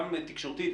גם תקשורתית,